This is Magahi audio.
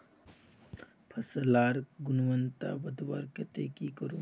फसल लार गुणवत्ता बढ़वार केते की करूम?